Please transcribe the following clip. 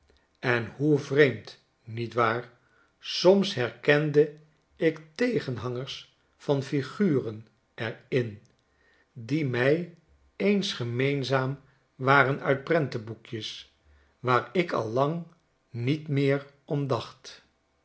en hoe vreemd niet waar soms herkende ik tegen hangers van figuren er in die mij eens gemeenzaam waren uit prentenboekjes waar ik al lang niet meer om